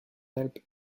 alpes